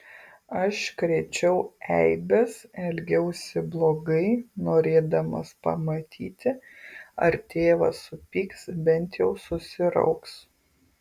aš krėčiau eibes elgiausi blogai norėdamas pamatyti ar tėvas supyks bent jau susirauks